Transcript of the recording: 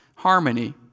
Harmony